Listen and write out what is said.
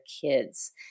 kids